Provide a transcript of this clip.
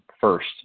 first